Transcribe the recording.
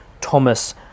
Thomas